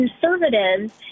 conservatives